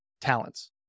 talents